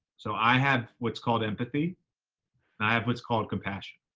so i have what's called empathy, and i have what's called compassion.